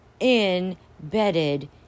embedded